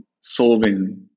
solving